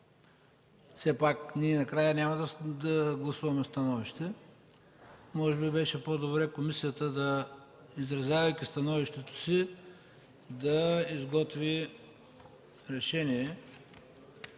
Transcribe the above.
Все пак накрая ние няма да гласуваме становище. Може би беше по-добре комисията, изразявайки становището си, да изготви решение,